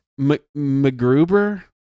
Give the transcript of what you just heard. mcgruber